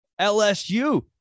LSU